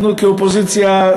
אנחנו כאופוזיציה,